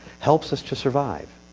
helps us to survive